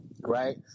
right